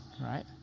right